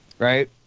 Right